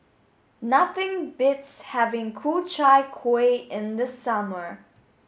nothing beats having Ku Chai Kuih in the summer